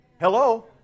Hello